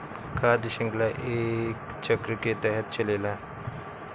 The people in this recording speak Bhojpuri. खाद्य शृंखला एक चक्र के तरह चलेला